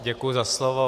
Děkuji za slovo.